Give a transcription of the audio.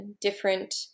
different